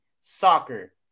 soccer